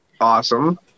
awesome